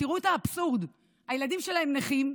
תראו את האבסורד: הילדים שלהם נכים,